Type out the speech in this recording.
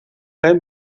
geen